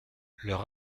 leur